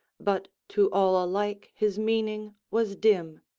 but to all alike his meaning was dim.